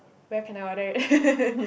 where can I order it